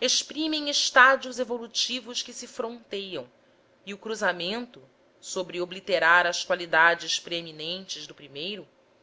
exprimem estádios evolutivos que se fronteiam e o cruzamento sobre obliterar as qualidades preeminentes do primeiro